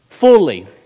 Fully